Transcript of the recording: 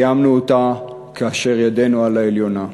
סיימנו אותה כאשר ידנו על העליונה.